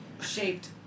shaped